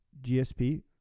GSP